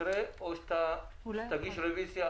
אני רוצה רגע לומר משהו --- רגע,